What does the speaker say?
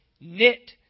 knit